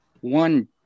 one